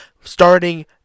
starting